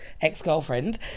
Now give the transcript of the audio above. ex-girlfriend